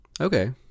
Okay